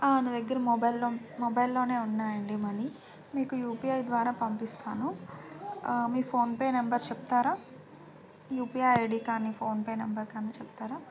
నా దగ్గర మొబైల్లో మొబైల్లోనే ఉన్నాయండి మనీ మీకు యూ పీ ఐ ద్వారా పంపిస్తాను మీ ఫోన్పే నెంబర్ చెప్తారా U P I I D కానీ ఫోన్పే నెంబర్ కానీ చెప్తారా